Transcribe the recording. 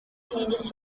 changes